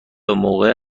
موقع